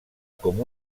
com